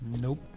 nope